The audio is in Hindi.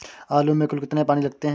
आलू में कुल कितने पानी लगते हैं?